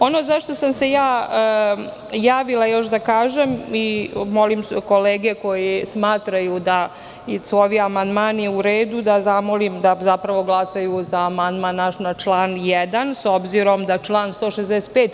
Ono za šta sam se ja javila da kažem i molim kolege koji smatraju da su ovi amandmani u redu, da zamolim da glasaju za naš amandman na član 1, s obzirom da član 165.